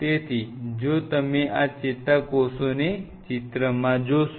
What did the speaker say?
તેથી જો તમે આ ચેતાકોષોને ચિત્રમાં જોશો